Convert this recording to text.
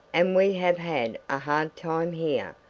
and we have had a hard time here,